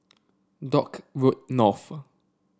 Dock Road North